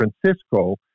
Francisco